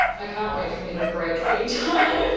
i can't wait for me to break the entire